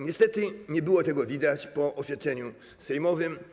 Niestety nie było tego widać po oświadczeniu sejmowym.